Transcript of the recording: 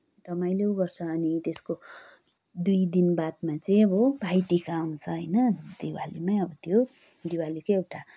रमाइलो गर्छ अनि त्यसको दुई दिन बादमा चाहिँ अब भाइटिका आउँछ होइन दिवालीमै अब त्यो दिवालीकै एउटा